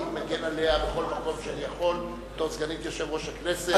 אני מגן עליה בכל מקום שאני יכול בתור סגנית יושב-ראש הכנסת.